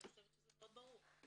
אני חושבת שזה מאוד ברור.